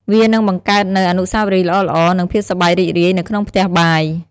វានឹងបង្កើតនូវ អនុស្សាវរីយ៍ល្អៗ និងភាពសប្បាយរីករាយនៅក្នុងផ្ទះបាយ ។